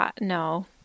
No